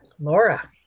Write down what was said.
Laura